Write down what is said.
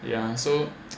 ya so